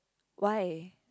why